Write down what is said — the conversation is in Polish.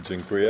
Dziękuję.